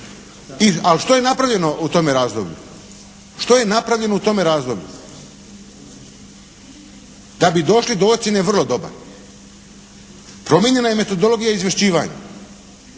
Ali što je napravljeno u tome razdoblju? Što je napravljeno u tome razdoblju? Da bi došli do ocjene vrlo dobar, promijenjena je metodologija izvješćivanja.